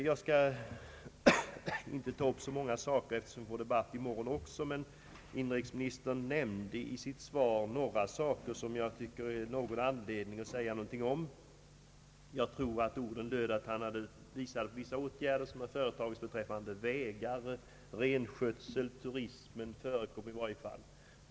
Jag skall inte här ta upp någon längre debatt om dessa frågor, eftersom det blir tillfälle att återkomma i morgon, men det finns dock anledning att närmare beröra ett par saker som inrikesministern tog upp i sitt svar. I svaret nämns att vissa åtgärder vidtagits i fråga om vägarna, rennäringen och turismen.